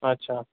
अच्छा